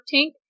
Tank